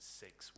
six